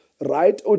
right